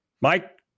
Mike